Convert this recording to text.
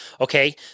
Okay